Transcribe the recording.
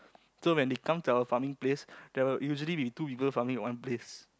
so when they come to our farming place there will usually be two people farming at one place